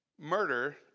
murder